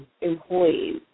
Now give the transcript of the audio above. employees